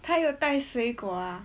他有带水果 ah